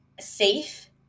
safe